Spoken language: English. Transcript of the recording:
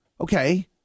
Okay